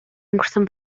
өнгөрсөн